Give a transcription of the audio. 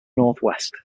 northwest